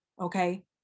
okay